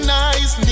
nice